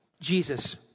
Jesus